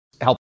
help